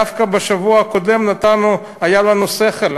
דווקא בשבוע שעבר היה לנו שכל,